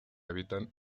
habitan